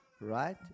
right